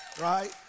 right